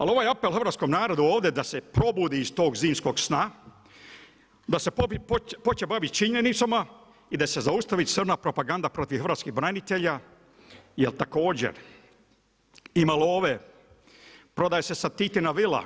Ali ovo je apel Hrvaskom narodu ovdje da se probudi iz tog zimskog sna, da se počinje baviti s činjenicama i da se zaustavi crna propaganda protiv hrvatskih branitelja, jer također ima love prodaje se Titina vila.